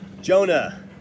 jonah